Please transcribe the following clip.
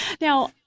Now